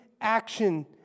action